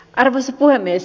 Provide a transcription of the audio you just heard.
arvoisa puhemies